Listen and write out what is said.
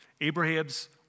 Abraham's